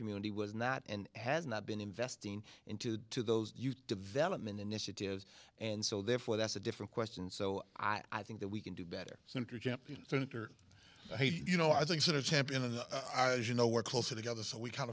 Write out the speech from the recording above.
community was not and has not been investing into to those youth development initiatives and so therefore that's a different question so i think that we can do better senator champion sen you know i think sort of champion of the you know we're closer together so we kind